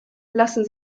lassen